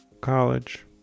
college